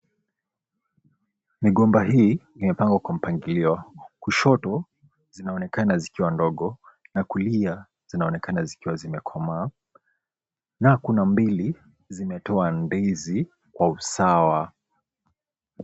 Migomba hii imepangwa kwa mpangilio. Kushoto zinaonekana zikiwa ndogo na kulia zinaonekana zikiwa zimekomaa na kuna mbili zimetoa ndizi kwa usawa.